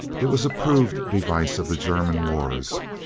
it was a proved de vice of the german wars.